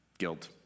guilt